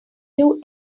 two